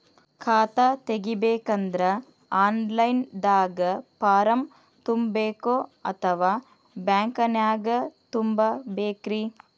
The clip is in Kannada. ಖಾತಾ ತೆಗಿಬೇಕಂದ್ರ ಆನ್ ಲೈನ್ ದಾಗ ಫಾರಂ ತುಂಬೇಕೊ ಅಥವಾ ಬ್ಯಾಂಕನ್ಯಾಗ ತುಂಬ ಬೇಕ್ರಿ?